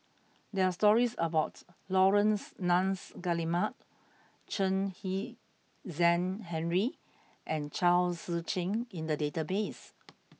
there are stories about Laurence Nunns Guillemard Chen Kezhan Henri and Chao Tzee Cheng in the database